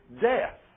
death